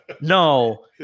No